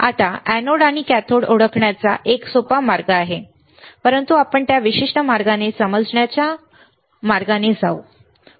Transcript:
आता एनोड आणि कॅथोड ओळखण्याचा एक सोपा मार्ग आहे परंतु आपण त्या विशिष्ट मार्गाने समजण्याच्या मार्गाने जाऊ नये